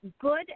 good